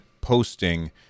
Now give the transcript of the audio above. posting